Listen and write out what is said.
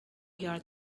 here